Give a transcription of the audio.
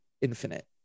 Infinite